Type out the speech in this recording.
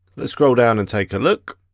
let's scroll down and take a look.